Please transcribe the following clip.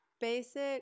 basic